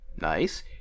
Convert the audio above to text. Nice